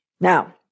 Now